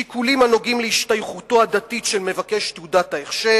שיקולים הנוגעים להשתייכותו הדתית של מבקש תעודת ההכשר